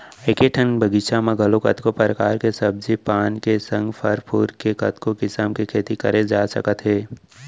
एके ठन बगीचा म घलौ कतको परकार के सब्जी पान के संग फर फूल के कतको किसम के खेती करे जा सकत हे